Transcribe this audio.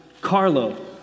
Carlo